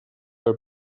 were